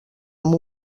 amb